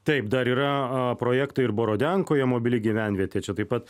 taip dar yra a projekto ir borodenkoje mobili gyvenvietė čia taip pat